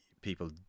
people